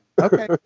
Okay